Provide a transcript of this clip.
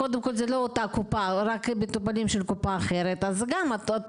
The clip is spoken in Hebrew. אז הוא יכול לקבל מטופלים שהם רק מקופה אחרת ולא מאותה קופה,